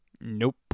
Nope